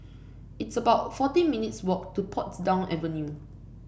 it's about fourteen minutes' walk to Portsdown Avenue